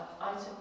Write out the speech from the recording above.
Item